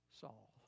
Saul